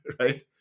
right